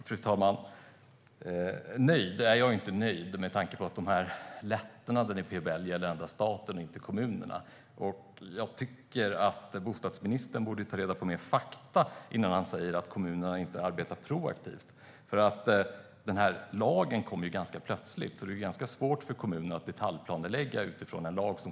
Fru talman! Nej, jag är inte nöjd med tanke på att dessa lättnader i PBL gäller endast staten och inte kommunerna. Bostadsministern borde ta reda på mer fakta innan han säger att kommunerna inte arbetar proaktivt. Den här lagen kom ju plötsligt, så det är ganska svårt för kommunerna att detaljplanelägga utifrån den.